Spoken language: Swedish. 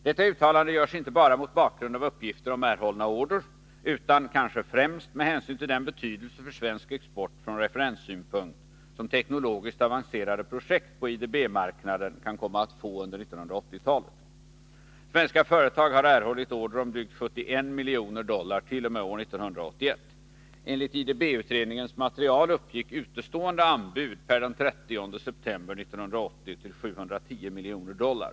Detta uttalande görs inte bara mot bakgrund av uppgifter om erhållna order utan, kanske främst, med hänsyn till den betydelse för svensk export från referenssynpunkt som teknologiskt avancerade projekt på IDB Nr 127 marknaden kan komma att få under 1980-talet. Svenska företag har erhållit Torsdagen den order om drygt 71 miljoner dollar t.o.m. år 1981. Enligt IDB-utredningens 22 april 1982 material uppgick utestående anbud per den 30 september 1980 till 710 miljoner dollar.